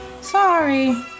Sorry